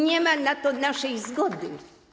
Nie ma na to naszej zgody.